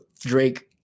Drake